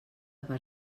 per